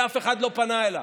כי אף אחד לא פנה אליו,